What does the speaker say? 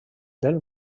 del